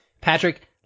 Patrick